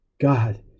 God